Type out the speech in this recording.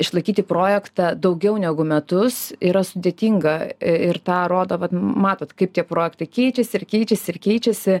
išlaikyti projektą daugiau negu metus yra sudėtinga ir tą rodo vat matot kaip tie projektai keičiasi keičiasi ir keičiasi